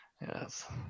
Yes